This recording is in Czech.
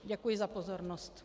Děkuji za pozornost.